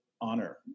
honor